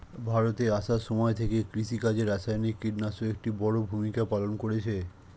ভারতে আসার সময় থেকে কৃষিকাজে রাসায়নিক কিটনাশক একটি বড়ো ভূমিকা পালন করেছে